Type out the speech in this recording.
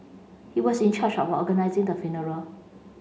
he was in charge of organising the funeral